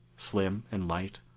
slim and slight.